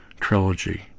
trilogy